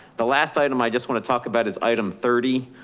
the last item i just want to talk about is item thirty.